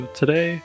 today